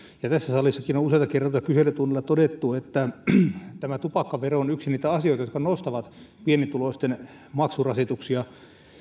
ja tässä salissakin on useita kertoja kyselytunnilla todettu että tupakkavero on yksi niitä asioita jotka nostavat pienituloisten maksurasituksia